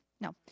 No